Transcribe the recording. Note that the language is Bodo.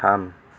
थाम